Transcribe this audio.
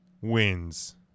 wins